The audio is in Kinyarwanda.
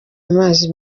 amazi